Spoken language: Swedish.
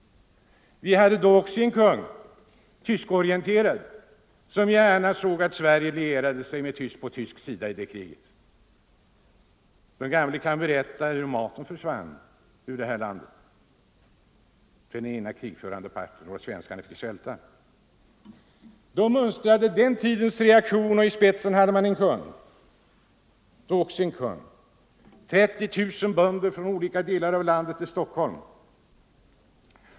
Vi hade också då en kung, tyskorienterad, som gärna såg att Sverige lierade sig med tyskarna i kriget. De gamle kan berätta hur maten försvann ur det här landet till den ena krigförande parten, och hur den svenska allmogen fick svälta. Då mönstrade den tidens reaktion — i spetsen hade man också den gången en kung — 30 000 bönder från olika delar av landet till Stockholm.